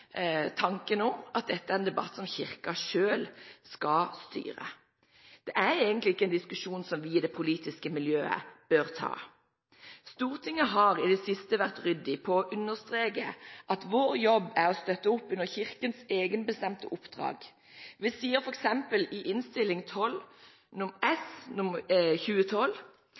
tanken om at dette er en debatt som Kirken selv skal styre. Det er egentlig ikke en diskusjon som vi i det politiske miljøet bør ta. Stortinget har i det siste vært ryddig på å understreke at vår jobb er å støtte opp under Kirkens egenbestemte oppdrag. Vi sier f.eks. i Innst. 12 S